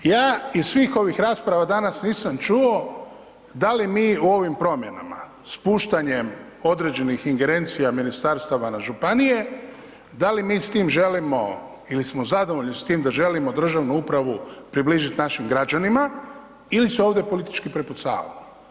Ja iz svih ovih rasprava danas nisam čuo da li mi u ovim promjenama spuštanjem određenih ingerencija ministarstava na županije, da li mi s tim želimo ili smo zadovoljni s tim da želimo državnu upravu približiti našim građanima ili se ovdje politički prepucavamo?